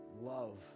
love